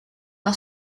par